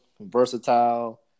versatile